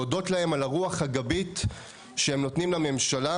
להודות להם על הרוח הגבית שהם נותנים לממשלה,